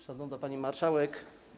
Szanowna Pani Marszałek!